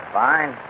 fine